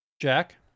jack